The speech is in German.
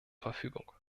verfügung